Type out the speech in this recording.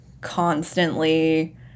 constantly